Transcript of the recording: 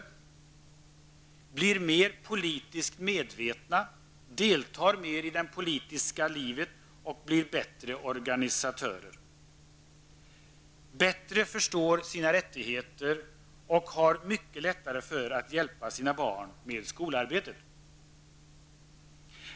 Vidare blir de politiskt mer medvetna, de deltar oftare i det politiska livet och blir bättre organisatörer. De förstår bättre sina rättigheter och kan mycket lättare än tidigare hjälpa sina barn med skolarbetet.